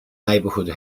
neighborhood